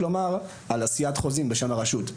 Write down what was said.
מדברים על עשיית חוזים בשם הרשות,